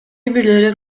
бирлери